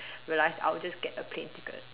realize I will just get a plane ticket